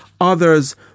others